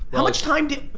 how much time did.